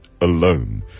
alone